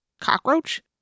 Cockroach